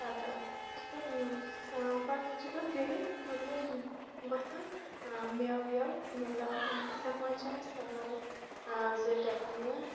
پَتہٕ چھِ تَتھ پَتہٕ چھِ تَتھ بیٚیہِ مطلب وۄتھان میوٕ ویوٕ مطلب تِتھٕے پٲٹھۍ چھِ أسۍ مطلب زٕ